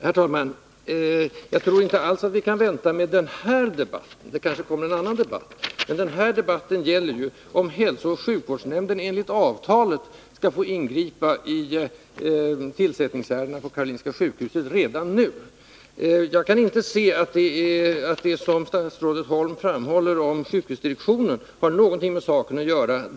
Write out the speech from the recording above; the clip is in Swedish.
Herr talman! Jag tror inte alls att vi kan vänta med den här debatten. Det kanske kommer en annan, större debatt, men den här debatten gäller ju om hälsooch sjukvårdsnämnden enligt avtalet skall få ingripa i tillsättningsärendena på Karolinska sjukhuset redan nu. Jag kan inte se att det som statsrådet Holm framhåller om sjukhusdirektionen har någonting med den saken att göra.